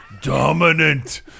Dominant